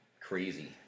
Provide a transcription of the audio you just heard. crazy